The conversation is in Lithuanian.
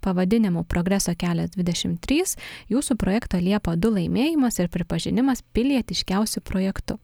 pavadinimu progreso kelias dvidešim trys jūsų projekto liepa du laimėjimas ir pripažinimas pilietiškiausiu projektu